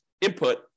input